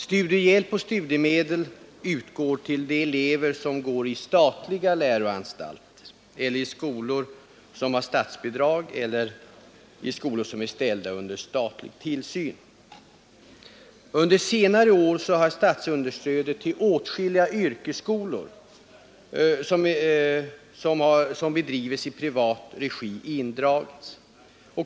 Studiehjälp och studiemedel utgår till de elever som går i statliga läroanstalter eller i skolor som har statsbidrag eller som är ställda under statlig tillsyn. Under senare år har statsunderstödet till åtskilliga yrkesskolor som bedrivs i privat regi indragits.